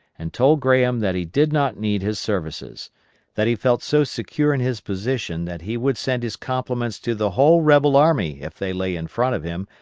and told graham that he did not need his services that he felt so secure in his position that he would send his compliments to the whole rebel army if they lay in front of him,